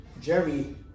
Jerry